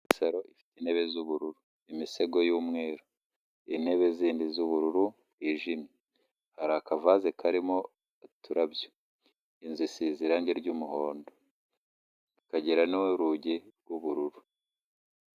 Saro ifite intebe z'ubururu, imisego y'umweru, intebe zindi z'ubururu bwijimye, hari akavaza karimo uturabyo, inzu irangi ry'umuhondo ikagera ni rugi rw'ubururu.